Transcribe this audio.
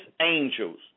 angels